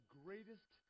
greatest